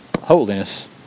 holiness